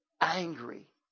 angry